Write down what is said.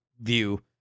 view